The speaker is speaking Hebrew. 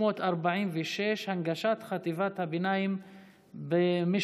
346: הנגשת חטיבת הביניים במשהד,